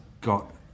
got